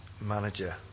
manager